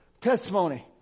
testimony